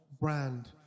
brand